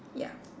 ya